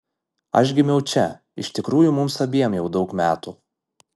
aš gimiau čia iš tikrųjų mums abiem jau daug metų